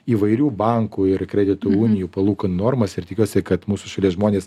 įvairių bankų ir kredito unijų palūkanų normas ir tikiuosi kad mūsų šalies žmonės